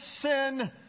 sin